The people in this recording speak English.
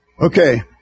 Okay